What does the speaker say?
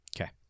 Okay